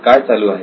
काय चालू आहे